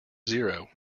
zero